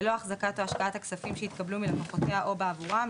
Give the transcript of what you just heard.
ללא החזקת או השקעת הכספים שהתקבלו מלקוחותיה או בעבורם,